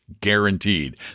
guaranteed